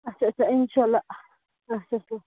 اچھا اچھا اِنشاء اللہ اچھا اچھا